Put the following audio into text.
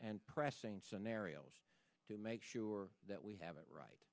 and pressing scenarios to make sure that we have it right